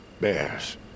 Bears